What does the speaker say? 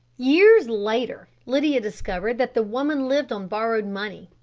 years later lydia discovered that the woman lived on borrowed money,